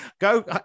go